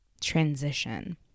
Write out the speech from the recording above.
transition